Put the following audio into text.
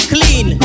Clean